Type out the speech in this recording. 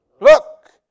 Look